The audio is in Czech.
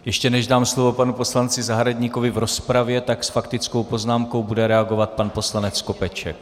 Ještě než dám slovo panu poslanci Zahradníkovi v rozpravě, tak s faktickou poznámkou bude reagovat pan poslanec Skopeček.